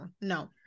no